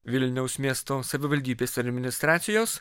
vilniaus miesto savivaldybės administracijos